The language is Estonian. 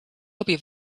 abi